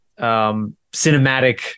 cinematic